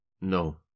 No